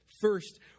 first